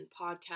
podcast